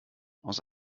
aus